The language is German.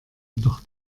doch